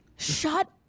shut